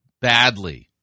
badly